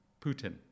Putin